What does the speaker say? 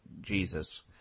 Jesus